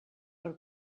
per